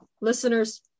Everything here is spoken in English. listeners